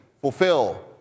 fulfill